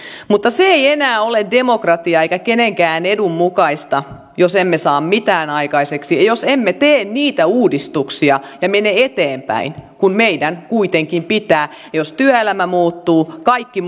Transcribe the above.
mutta se ei enää ole demokratiaa eikä kenenkään edun mukaista jos emme saa mitään aikaiseksi ja jos emme tee niitä uudistuksia ja mene eteenpäin kun meidän kuitenkin pitää jos työelämä muuttuu ja kaikki